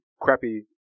crappy